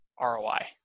ROI